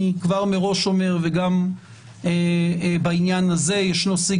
אני אומר מראש שגם בעניין הזה ישנו סיג